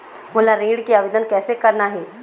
मोला ऋण के आवेदन कैसे करना हे?